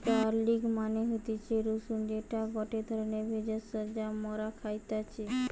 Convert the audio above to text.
garlic মানে হতিছে রসুন যেটা গটে ধরণের ভেষজ যা মরা খাইতেছি